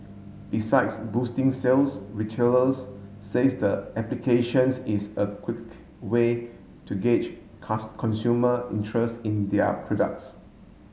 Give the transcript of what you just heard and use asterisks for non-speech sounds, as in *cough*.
besides boosting sales retailers says the applications is a quick way to gauge *unintelligible* consumer interest in their products